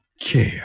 care